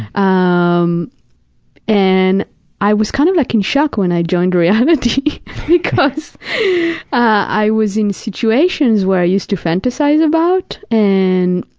um and i was kind of like in shock when i joined reality maia because i was in situations where i used to fantasize about and,